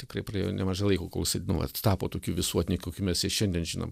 tikrai praėjo nemažai laiko kol jisai nu vat tapo tokiu visuotiniu kokiu mes ir šiandien žinom